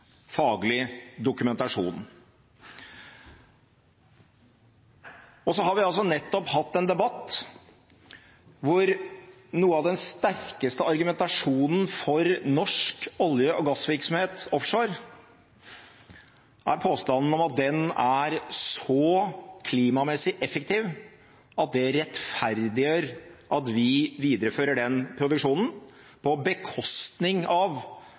faglig dokumentasjon. Så har vi nettopp hatt en debatt hvor noe av den sterkeste argumentasjonen for norsk olje- og gassvirksomhet offshore er påstanden om at den er så klimamessig effektiv at det rettferdiggjør at vi viderefører denne produksjonen, på bekostning av